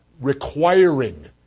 requiring